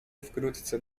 wkrótce